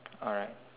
alright